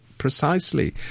Precisely